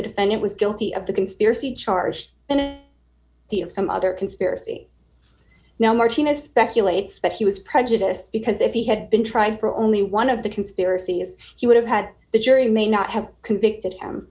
the defendant was guilty of the conspiracy charge and the of some other conspiracy now martinez speculates that he was prejudiced because if he had been trying for only one of the conspiracies he would have had the jury may not have convicted